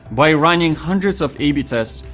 by running hundreds of a b tests,